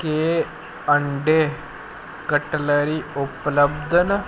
क्या अंडें कटलरी उपलब्ध न